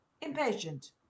Impatient